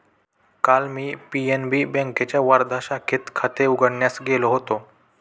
काल मी पी.एन.बी बँकेच्या वर्धा शाखेत खाते उघडण्यास गेलो होतो